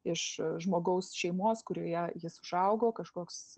iš žmogaus šeimos kurioje jis užaugo kažkoks